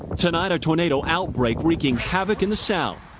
tonight a tornado outbreak wreaking havoc in the south.